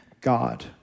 God